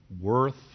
worth